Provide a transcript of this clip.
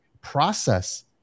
process